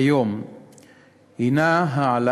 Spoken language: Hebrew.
אני חושב שהמדינה